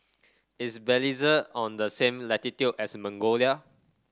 is Belize on the same latitude as Mongolia